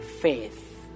faith